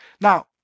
Now